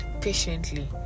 patiently